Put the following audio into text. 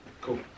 Cool